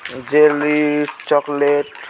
jelly chocolate